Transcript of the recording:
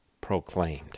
proclaimed